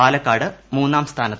പാലക്കാട്മൂന്നാം സ്ഥാനത്ത്